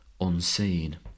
unseen